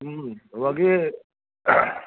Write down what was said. বাকী